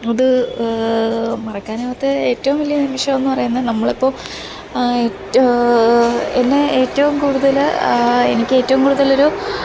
അത് മറക്കാനാവാത്ത ഏറ്റവും വലിയ നിമിഷമെന്ന് പറയുന്നത് നമ്മളിപ്പം റ്റ് എന്നെ ഏറ്റവും കൂടുതൽ എനിക്കേറ്റവും കൂടുതലൊരു